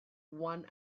one